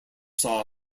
saw